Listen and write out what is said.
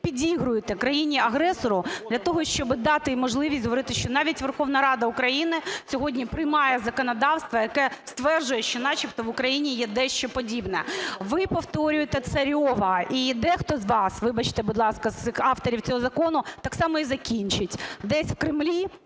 підігруєте країні-агресору для того, щоб дати можливість говорити, що навіть Верховна Рада України сьогодні приймає законодавство, яке стверджує, що начебто в Україні є дещо подібне. Ви повторюєте Царьова і дехто з вас, вибачте, будь ласка, з авторів цього закону, так само і закінчить десь в Кремлі